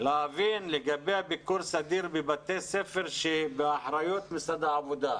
אני רוצה להבין לגבי הביקור סדיר בבתי ספר שבאחריות משרד העבודה.